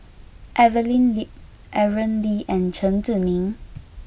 Evelyn Lip Aaron Lee and Chen Zhiming